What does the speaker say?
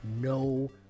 No